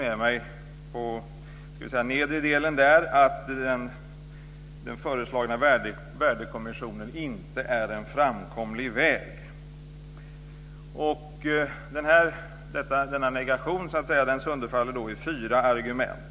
Det står, om ni följer med, på nedre delen av sidan att den föreslagna värdekommissionen inte är en framkomlig väg. Denna negation sönderfaller i fyra argument.